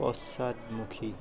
পশ্চাদমুখী